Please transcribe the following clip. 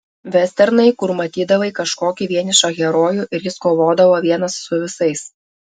vesternai kur matydavai kažkokį vienišą herojų ir jis kovodavo vienas su visais